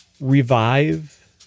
revive